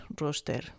Roster